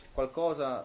Qualcosa